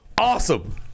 Awesome